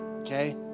Okay